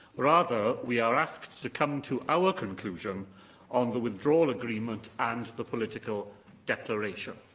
rather, we are asked to come to our conclusion on the withdrawal agreement and the political declaration.